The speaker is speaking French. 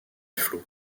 flots